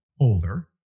older